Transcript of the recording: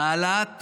העלאת מיסים,